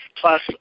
Plus